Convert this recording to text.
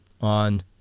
on